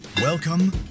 Welcome